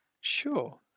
Sure